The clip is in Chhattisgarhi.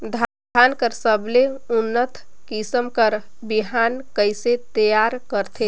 धान कर सबले उन्नत किसम कर बिहान कइसे तियार करथे?